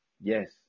Yes